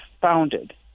founded